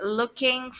looking